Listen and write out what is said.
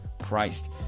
christ